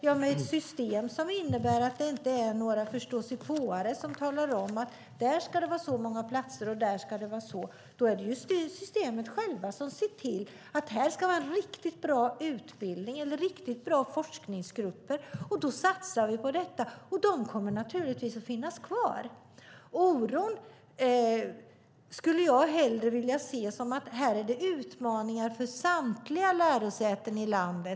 Ja, med ett system som innebär att det inte är några förståsigpåare som talar om att där ska det vara så många platser och där ska det vara så är det systemet självt som ser till att det ska vara riktigt bra utbildning eller riktigt bra forskningsgrupper. Och då satsar vi på detta. Och de kommer naturligtvis att finnas kvar. Oron skulle jag hellre vilja se som att det är utmaningar för samtliga lärosäten i landet.